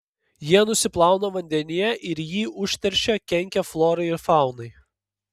jie nusiplauna vandenyje ir jį užteršia kenkia florai ir faunai